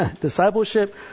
discipleship